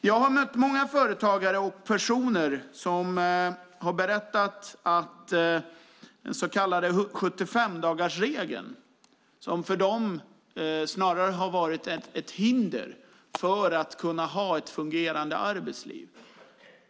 Jag har mött många företagare och andra personer som berättat att den så kallade 75-dagarsregeln för dem snarast varit ett hinder för ett fungerande arbetsliv.